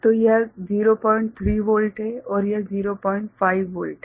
तो यह 03 वोल्ट है और यह 05 वोल्ट है